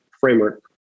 framework